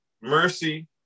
mercy